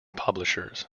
publishers